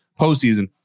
postseason